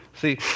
See